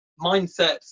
mindsets